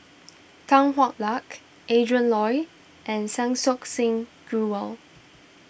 Tan Hwa Luck Adrin Loi and Sansokh Singh Grewal